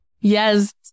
Yes